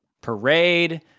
parade